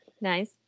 Nice